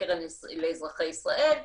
או הקרן לאזרחי ישראל,